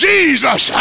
Jesus